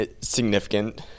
Significant